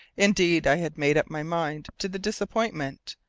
indeed, i had made up my mind to the disappointment,